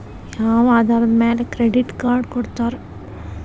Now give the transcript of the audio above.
ಯಾವ ಆಧಾರದ ಮ್ಯಾಲೆ ಕ್ರೆಡಿಟ್ ಕಾರ್ಡ್ ಕೊಡ್ತಾರ?